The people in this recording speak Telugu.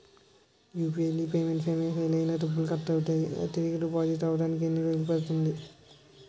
యు.పి.ఐ లో పేమెంట్ ఫెయిల్ అయ్యి డబ్బులు కట్ అయితే తిరిగి డిపాజిట్ అవ్వడానికి ఎన్ని రోజులు పడుతుంది?